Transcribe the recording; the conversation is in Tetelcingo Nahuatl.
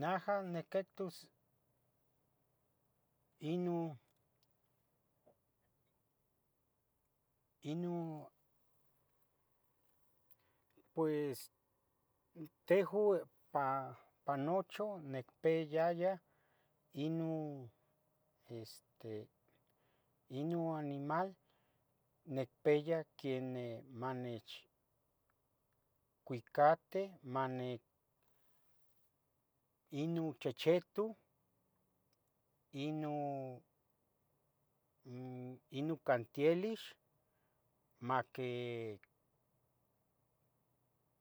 Naha niquitus ino, ino, pues tehua pan nochu nicpiaia ino, este ino animal, nicpia queneh manech cuicati mane, ino chechetu ino nn ino cantielix maqui,